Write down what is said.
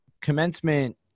commencement